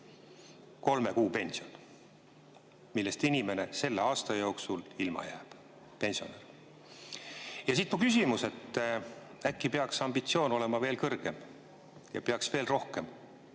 kolme kuu pension, millest inimene, pensionär, selle aasta jooksul ilma jääb. Ja siit mu küsimus: äkki peaks ambitsioon olema veel kõrgem ja peaks veel rohkem